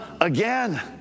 again